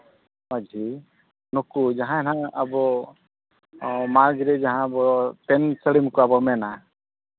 ᱢᱟᱹᱡᱷᱤ ᱱᱩᱠᱩ ᱡᱟᱦᱟᱸᱭ ᱦᱟᱸᱜ ᱟᱵᱚ ᱢᱟᱡᱷ ᱨᱮ ᱡᱟᱦᱟᱸ ᱵᱚᱱ ᱠᱚᱣᱟᱵᱚᱱ ᱢᱮᱱᱟ